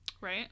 Right